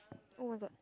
oh-my-god